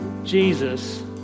Jesus